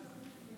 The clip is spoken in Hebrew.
גברתי,